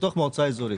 בתוך מועצה אזורית.